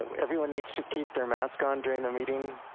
um everyone needs to keep their mask on during the meeting.